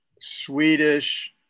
swedish